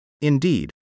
Indeed